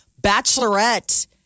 Bachelorette